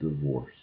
Divorce